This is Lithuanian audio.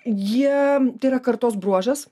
jie tai yra kartos bruožas